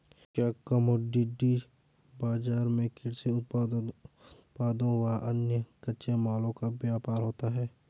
क्या कमोडिटी बाजार में कृषि उत्पादों व अन्य कच्चे मालों का व्यापार होता है?